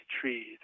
trees